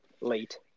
late